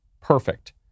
perfect